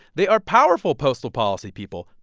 they are powerful postal policy people,